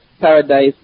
paradise